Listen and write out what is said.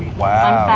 wow!